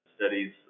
studies